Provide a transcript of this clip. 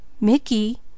Mickey